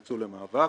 יצאו למאבק.